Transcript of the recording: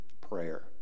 prayer